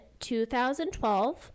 2012